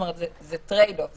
זה טרייד אוף.